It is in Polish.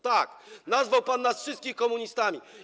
Tak, nazwał pan nas wszystkich komunistami.